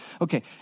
Okay